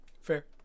Fair